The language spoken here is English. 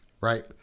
right